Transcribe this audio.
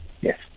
Yes